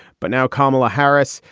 but now, kamala harris,